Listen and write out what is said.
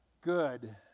good